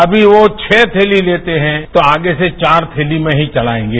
अमीवो छह थैली लेते हैं तो आगे से चार थैली ही चलाएगे